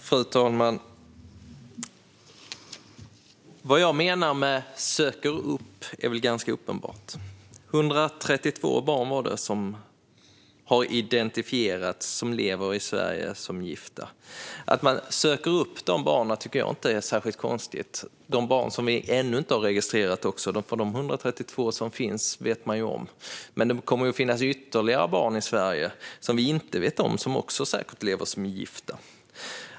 Fru talman! Vad jag menar med "söka upp" är väl ganska uppenbart. Migrationsverket har identifierat 132 barn som lever i Sverige som gifta. Att man söker upp de barnen tycker jag inte är särskilt konstigt. Det finns också barn som vi ännu inte har registrerat. De 132 som finns vet vi om. Men det kommer att finnas ytterligare barn i Sverige som vi vet om som säkert också lever som gifta.